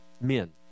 men